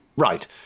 Right